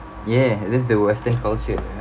ya that's the western culture